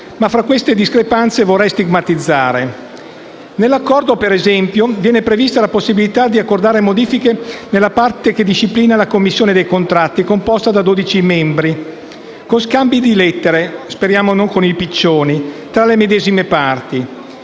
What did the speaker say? Tra le discrepanze vorrei stigmatizzare il fatto che, per esempio, nell'Accordo viene prevista la possibilità di apportare modifiche nella parte che disciplina la commissione dei contratti, composta da 12 membri, con scambi di lettere - speriamo non con i piccioni - tra le medesime parti.